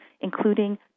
including